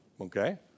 Okay